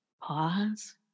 Pause